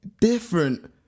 different